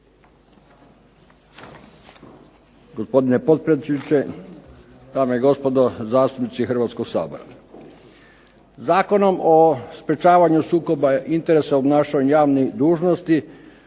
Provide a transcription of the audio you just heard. Gospodine potpredsjedniče, dame i gospodo zastupnici Hrvatskog sabora. Zakonom o sprječavanju sukoba interesa u obnašanju javnih dužnosti